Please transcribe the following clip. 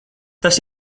tas